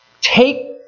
take